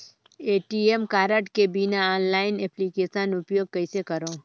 ATM card के बिना online application उपयोग कइसे करो?